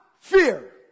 fear